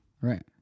Right